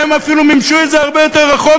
והם אפילו מימשו את זה הרבה יותר רחוק